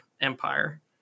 empire